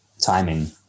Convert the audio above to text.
timing